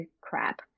crap